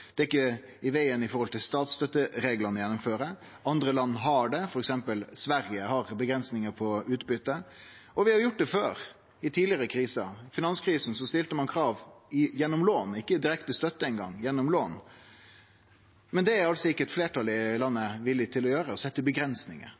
det gjeld statsstøttereglane, å gjennomføre det, og andre land har det. For eksempel har Sverige avgrensingar på utbyte, og vi har gjort det før, i tidlegare kriser. Under finanskrisa stilte ein krav gjennom lån – ikkje direkte støtte eingong, men gjennom lån. Men det er altså ikkje eit fleirtal i landet